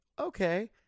okay